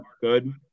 good